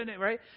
right